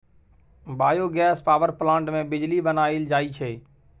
biogas power plant मे बिजली बनाएल जाई छै